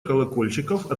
колокольчиков